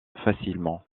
facilement